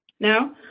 Now